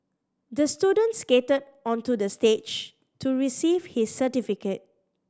the student skated onto the stage to receive his certificate